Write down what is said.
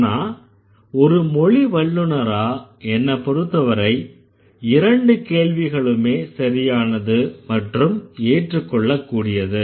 ஆனா ஒரு மொழி வல்லுநரா என்னைப்பொறுத்தவரை இரண்டு கேள்விகளுமே சரியானது மற்றும் ஏற்றுக்கொள்ளக்கூடியது